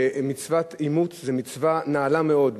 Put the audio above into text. מצוות אימוץ זו מצווה נעלה מאוד,